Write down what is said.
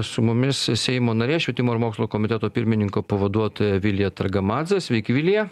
su mumis seimo narė švietimo ir mokslo komiteto pirmininko pavaduotoja vilija targamadzė sveiki vilija